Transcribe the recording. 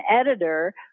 editor